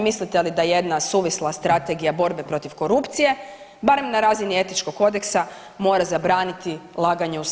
Mislite li da jedna suvisla Strategija borbe protiv korupcije barem na razini etičkog kodeksa mora zabraniti laganje u saboru.